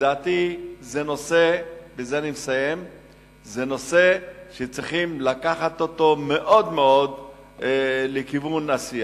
לדעתי זה נושא שצריך לקחת אותו מאוד מאוד לכיוון עשייה.